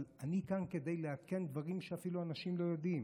אבל אני כאן כדי לעדכן דברים שאפילו אנשים לא יודעים.